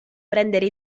prendere